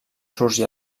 sorgir